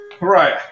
Right